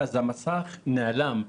ואז המסך נעלם.